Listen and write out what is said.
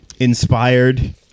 inspired